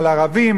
על ערבים,